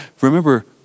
remember